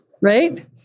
right